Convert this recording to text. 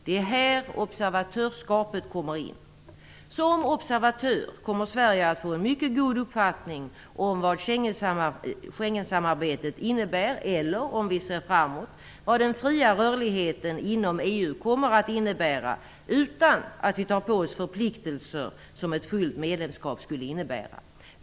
Det är här observatörsskapet kommer in. Som observatör kommer Sverige att få en mycket god uppfattning om vad Schengensamarbetet innebär eller - om vi ser framåt - vad den fria rörligheten inom EU kommer att innebära, utan att vi tar på oss de förpliktelser som ett fullt medlemskap skulle innebära.